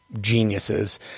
geniuses